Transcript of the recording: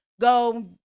go